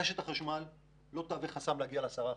כך שרשת החשמל לא תהווה חסם להגיע ל-10%,